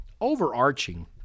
overarching